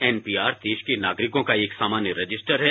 NPR देश के नागरिकों का एक सामान्य रजिस्टर है